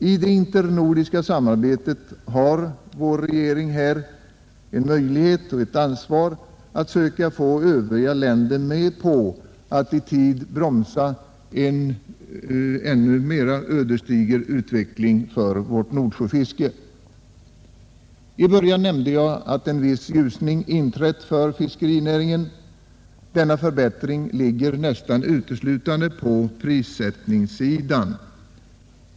I det internordiska samarbetet har vår regering här en möjlighet och ett ansvar att söka få övriga länder med på att i tid bromsa en ännu mer ödesdiger utveckling för vårt Nordsjöfiske. I början nämnde jag att en viss ljusning inträtt för fiskerinäringen. Denna förbättring ligger nästan uteslutande på prissättningssidan.